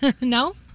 No